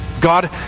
God